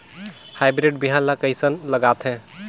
Hybrid बिहान ला कइसन लगाथे?